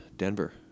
Denver